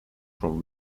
from